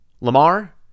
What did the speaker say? Lamar